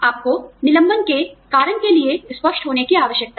आपको निलंबन के कारण के लिए स्पष्ट होने की आवश्यकता है